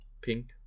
pink